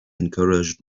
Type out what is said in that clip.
encouraged